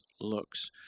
looks